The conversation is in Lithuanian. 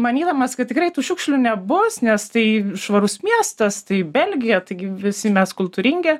manydamas kad tikrai tų šiukšlių nebus nes tai švarus miestas tai belgija taigi visi mes kultūringi